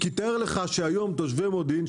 כי תאר לך שהיום תושבי מודיעין,